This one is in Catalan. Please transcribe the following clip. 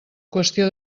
qüestió